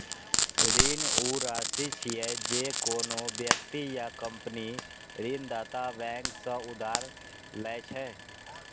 ऋण ऊ राशि छियै, जे कोनो व्यक्ति या कंपनी ऋणदाता बैंक सं उधार लए छै